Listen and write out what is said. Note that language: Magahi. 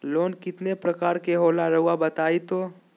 लोन कितने पारकर के होला रऊआ बताई तो?